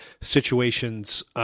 situations